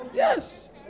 Yes